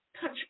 touch